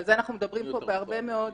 ועל זה אנחנו מדברים פה בהרבה מאוד